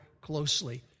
closely